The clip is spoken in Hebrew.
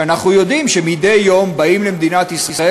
שאנחנו יודעים שמדי יום באים למדינת ישראל,